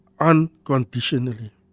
unconditionally